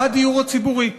בדיור הציבורי,